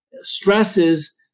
stresses